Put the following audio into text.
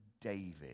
David